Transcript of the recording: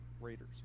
Raiders